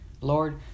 Lord